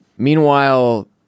Meanwhile